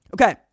Okay